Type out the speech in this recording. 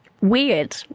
weird